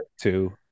two